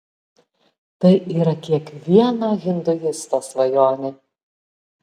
tai yra kiekvieno hinduisto svajonė